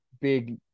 big